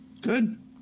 Good